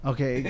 Okay